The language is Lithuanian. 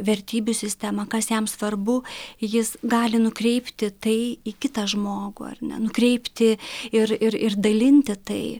vertybių sistemą kas jam svarbu jis gali nukreipti tai į kitą žmogų ar ne nukreipti ir ir ir dalinti tai